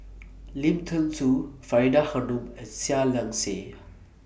Lim Thean Soo Faridah Hanum and Seah Liang Seah